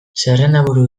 zerrendaburu